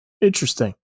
interesting